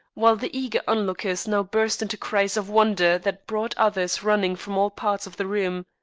while the eager onlookers now burst into cries of wonder that brought others running from all parts of the room.